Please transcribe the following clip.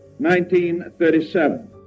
1937